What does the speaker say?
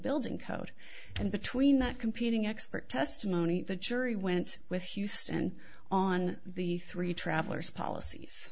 building code and between that competing expert testimony the jury went with houston on the three travellers policies